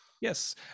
Yes